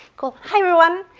cool, hi everyone,